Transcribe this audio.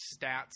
stats